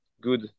good